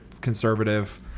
conservative